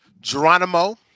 Geronimo